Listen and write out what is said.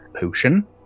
potion